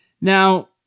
Now